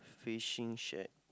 fishing shed